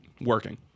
working